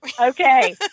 Okay